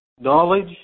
Knowledge